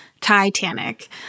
Titanic